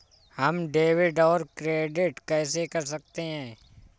हम डेबिटऔर क्रेडिट कैसे कर सकते हैं?